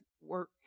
work